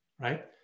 right